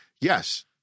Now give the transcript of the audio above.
Yes